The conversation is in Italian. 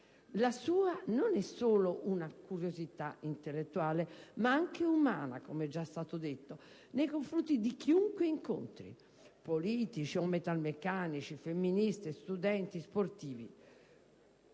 La sua non è solo una curiosità intellettuale, ma anche umana - come è già stato detto - nei confronti di chiunque incontri: politici, metalmeccanici, femministe, studenti, sportivi.